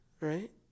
right